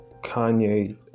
Kanye